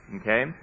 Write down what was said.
Okay